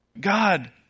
God